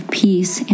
peace